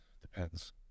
Depends